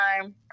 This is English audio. time